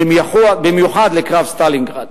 ובמיוחד לקרב סטלינגרד.